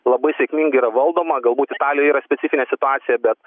labai sėkmingai yra valdoma galbūt italija yra specifinė situacija bet